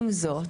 עם זאת,